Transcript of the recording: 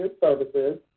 services